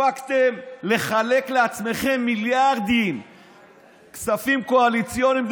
הספקתם לחלק לעצמכם מיליארדים כספים קואליציוניים,